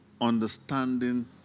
understanding